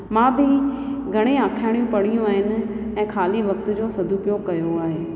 मां बि घणेई आखाणियूं पढ़ियूं आहिनि ऐं खाली वक़्ति जो सदउपयोगु कयो आहे